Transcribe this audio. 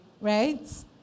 right